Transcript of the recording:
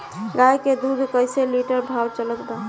गाय के दूध कइसे लिटर भाव चलत बा?